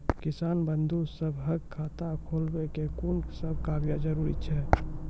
किसान बंधु सभहक खाता खोलाबै मे कून सभ कागजक जरूरत छै?